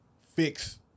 fix